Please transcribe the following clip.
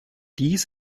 dies